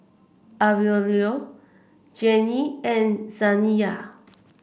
Aurelio Jennie and Zaniyah